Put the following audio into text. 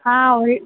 ಹಾಂ ಒಳ್